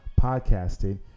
podcasting